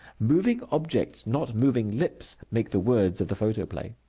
moving objects, not moving lips, make the words of the photoplay.